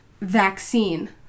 vaccine